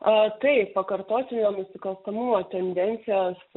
taip pakartotinio nusikalstamumo tendencijos